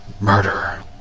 murderer